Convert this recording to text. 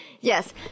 yes